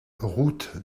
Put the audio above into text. route